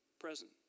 present